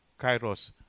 kairos